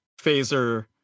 phaser